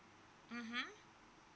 mmhmm